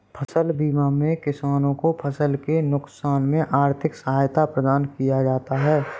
फसल बीमा में किसानों को फसल के नुकसान में आर्थिक सहायता प्रदान किया जाता है